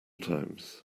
times